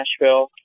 Nashville